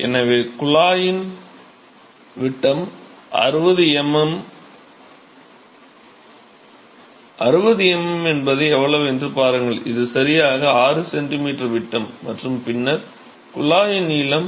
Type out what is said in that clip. எனவே குழாயின் விட்டம் 60 mm 60 mm என்பது எவ்வளவு என்று பாருங்கள் இது சரியாக 6 cm விட்டம் மற்றும் பின்னர் குழாயின் நீளம் 6